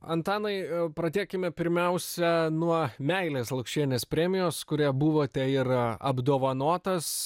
antanai pradėkime pirmiausia nuo meilės lukšienės premijos kurią buvote ir apdovanotas